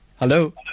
Hello